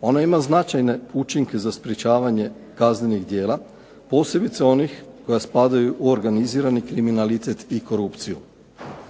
Ona ima značajne učinke za sprječavanje kaznenih djela posebice onih koja spadaju u organizirani kriminalitet i korupciju.